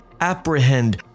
Apprehend